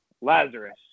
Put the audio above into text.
Lazarus